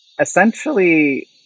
Essentially